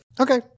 Okay